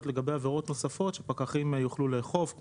לגבי עבירות נוספות שפקחים יוכלו לאכוף,